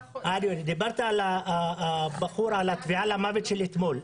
דיברת על הטביעה למוות של אתמול.